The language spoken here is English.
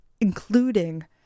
including